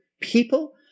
people